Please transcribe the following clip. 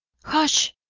hush!